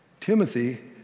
Timothy